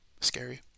Scary